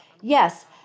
Yes